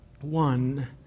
one